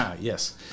Yes